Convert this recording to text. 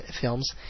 films